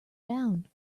down